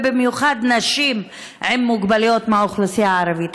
ובמיוחד נשים עם מוגבלויות באוכלוסייה הערבית.